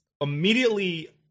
immediately